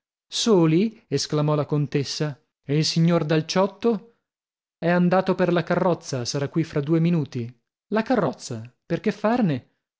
soli esclamò la contessa e il signor dal ciotto è andato per la carrozza sarà qui fra due minuti la carrozza per che farne